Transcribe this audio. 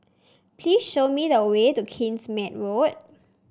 please show me the way to Kingsmead Road